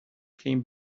came